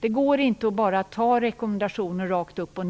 Det går inte att bara ta rekommendationer eller resultat rakt upp och